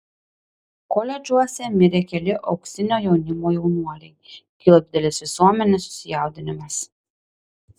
koledžuose mirė keli auksinio jaunimo jaunuoliai kilo didelis visuomenės susijaudinimas